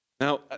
Now